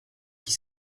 qui